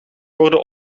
worden